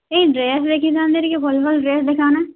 ଏଇ ଡ୍ରେସ୍ ଦେଖିଥାନ୍ତି ଟିକିଏ ଭଲ ଭଲ ଡ୍ରେସ୍ ଦେଖାଅନା